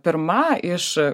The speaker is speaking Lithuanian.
pirma iš